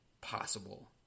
possible